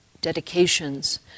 dedications